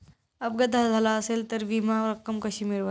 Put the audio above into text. अपघात झाला असेल तर विमा रक्कम कशी मिळवावी?